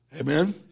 amen